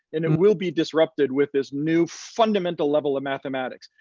and it will be disrupted with this new fundamental level of mathematics.